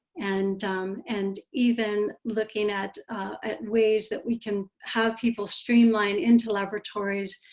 and and even looking at at ways that we can have people streamlined into laboratories,